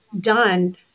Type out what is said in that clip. done